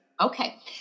Okay